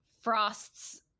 Frost's